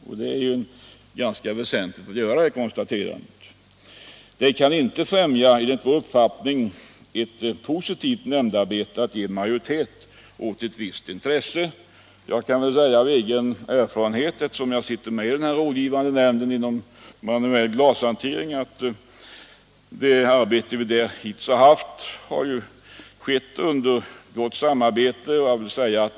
Men det kan enligt vår uppfattning inte främja ett positivt nämndarbete att ge majoritet åt något visst intresse. Jag vill gärna säga detta eftersom jag sitter med i den rådgivande nämnden för manuell glashantering. Det arbete vi där bedriver sker under gott samarbete.